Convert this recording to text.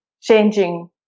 changing